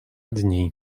dni